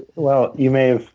well, you may have,